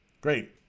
Great